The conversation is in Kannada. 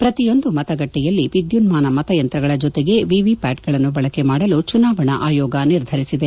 ಪ್ರತಿಯೊಂದು ಮತಗಟ್ಟೆಯಲ್ಲಿ ವಿದ್ಯುನ್ಮಾನ ಮತಯಂತ್ರಗಳ ಜೊತೆಗೆ ವಿವಿಪ್ಠಾಟ್ಗಳನ್ನು ಬಳಕೆ ಮಾಡಲು ಚುನಾವಣಾ ಆಯೋಗ ನಿರ್ಧರಿಸಿದೆ